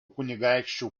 kunigaikščių